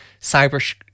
Cyber